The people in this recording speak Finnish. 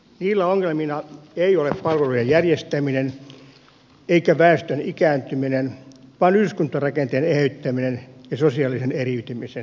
niillä ongelmina ei ole palvelujen järjestäminen eikä väestön ikääntyminen vaan yhdyskuntarakenteen eheyttäminen ja sosiaalisen eriytymisen pysäyttäminen